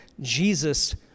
Jesus